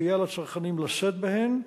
שיהיה על הצרכנים לשאת בהן.